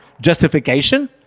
Justification